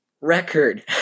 record